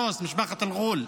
משפחת אל-ע'ול,